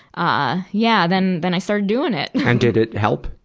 ah, yeah, then, then i started doing it. and did it help?